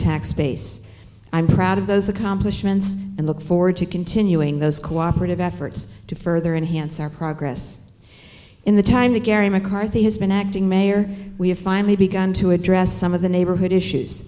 base i'm proud of those accomplishments and look forward to continuing those cooperative efforts to further enhance our progress in the time to gary mccarthy has been acting mayor we have finally begun to address some of the neighborhood issues